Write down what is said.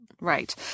Right